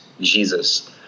jesus